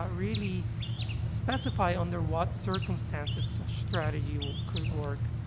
really specified under what circumstances such strategy could work.